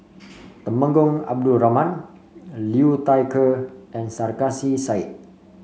Temenggong Abdul Rahman Liu Thai Ker and Sarkasi Said